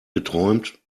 geträumt